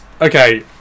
Okay